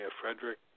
Frederick